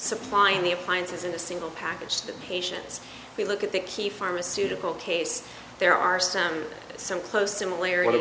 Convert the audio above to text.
supplying the appliances in a single package the patients we look at the key pharmaceutical case there are stand some close similarity